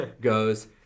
goes